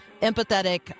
empathetic